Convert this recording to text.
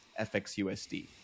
FXUSD